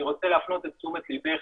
אני רוצה להפנות את תשומת לבך